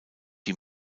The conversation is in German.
die